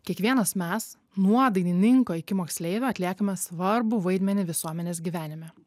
kiekvienas mes nuo dainininko iki moksleivio atliekame svarbų vaidmenį visuomenės gyvenime